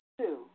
Two